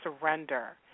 surrender